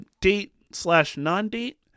date-slash-non-date